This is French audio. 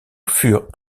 furent